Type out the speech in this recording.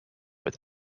het